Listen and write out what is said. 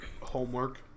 Homework